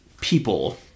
people